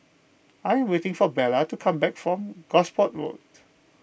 I am waiting for Bella to come back from Gosport Road